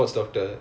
ya